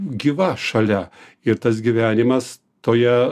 gyva šalia ir tas gyvenimas toje